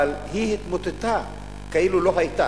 אבל היא התמוטטה כאילו לא היתה,